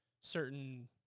certain